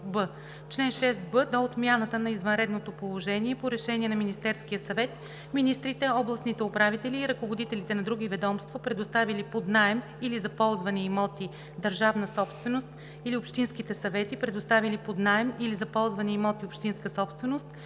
„Чл. 6б. До отмяната на извънредното положение по решение на Министерския съвет министрите, областните управители и ръководителите на други ведомства, предоставили под наем или за ползване имоти – държавна собственост, или общинските съвети, предоставили под наем или за ползване имоти – общинска собственост,